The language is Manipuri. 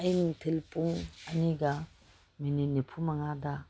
ꯑꯩ ꯅꯨꯡꯊꯤꯜ ꯄꯨꯡ ꯑꯅꯤꯒ ꯃꯤꯅꯤꯠ ꯅꯤꯐꯨ ꯃꯉꯥꯗ